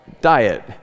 diet